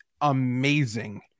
amazing